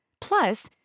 Plus